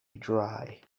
dry